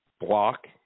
block